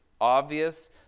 obvious